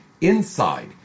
inside